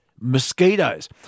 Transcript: Mosquitoes